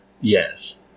Yes